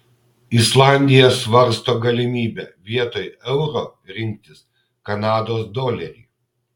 islandija svarsto galimybę vietoj euro rinktis kanados dolerį